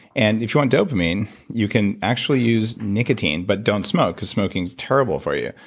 and if you want dopamine, you can actually use nicotine but don't smoke, because smoking is terrible for you.